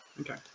Okay